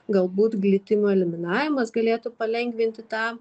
galbūt glitimo eliminavimas galėtų palengvinti tą